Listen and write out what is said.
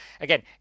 again